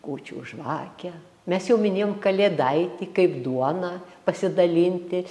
kūčių žvakę mes jau minėjom kalėdaitį kaip duona pasidalinti